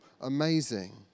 amazing